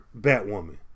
Batwoman